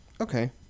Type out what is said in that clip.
okay